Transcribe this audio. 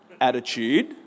attitude